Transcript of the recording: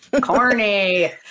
corny